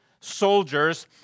soldiers